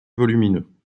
volumineux